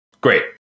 Great